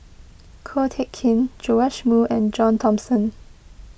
Ko Teck Kin Joash Moo and John Thomson